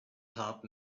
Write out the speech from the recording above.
top